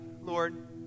Lord